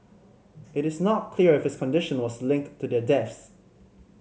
it is not clear if his condition was linked to their deaths